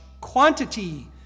quantity